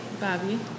bobby